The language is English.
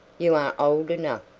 you are old enough,